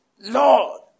Lord